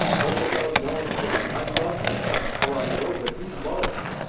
but without knowing him i love him. for i know that he loved.